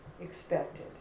expected